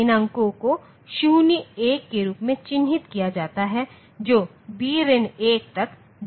इन अंकों को 0 1 के रूप में चिह्नित किया जाता है जो b ऋण 1 तक जाता है